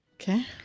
Okay